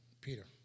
Peter